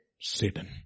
Satan